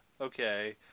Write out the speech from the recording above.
okay